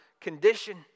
condition